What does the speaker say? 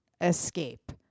escape